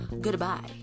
Goodbye